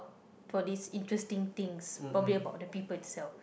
for this interesting things probably about the people itself